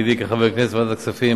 בתפקידי כחבר כנסת בוועדת הכספים,